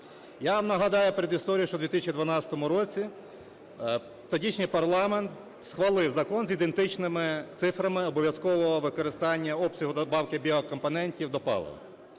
Я вам нагадаю передісторію, що в 2012 році тодішній парламент схвалив закон з ідентичними цифрами обов'язкового використання обсягу надбавки біокомпонентів до палива.